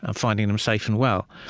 ah finding them safe and well,